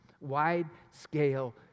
wide-scale